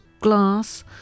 glass